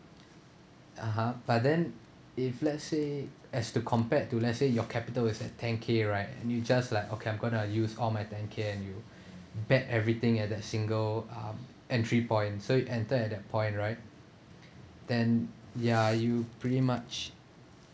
(uh huh) but then if let's say as to compared to let's say your capital is at ten k right and you just like okay I'm gonna use all my ten k and you bet everything at a single um entry point so you enter at that point right then ya you pretty much